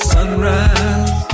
Sunrise